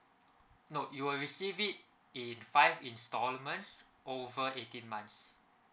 no you will receive it in five installments over eighteen months